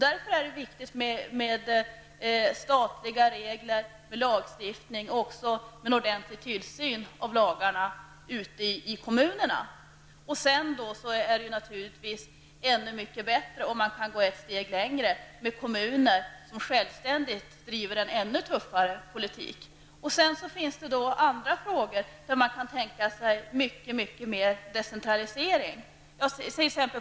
Därför är det viktigt med statliga regler och lagstiftning, men också med en ordentlig tillsyn av lagarna ute i kommunerna. Sedan vore det naturligtvis ännu mycket bättre om man kunde gå ett steg längre, med kommuner som självständigt driver en ännu tuffare politik. Det finns också andra frågor där man kan tänka sig en betydligt mer långtgående decentralisering.